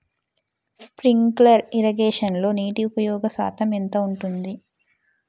Sprinkler ఇరగేషన్లో నీటి ఉపయోగ శాతం ఎంత ఉంటుంది?